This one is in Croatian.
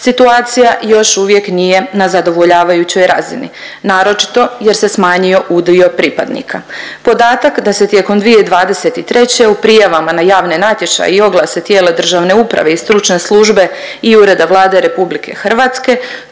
situacija još uvijek nije na zadovoljavajućoj razini naročito jer se smanjio udio pripadnika. Podatak da se tijekom 2023. u prijavama na javne natječaje i oglase tijela državne uprave i stručne službe i Ureda Vlada RH 48 kandidat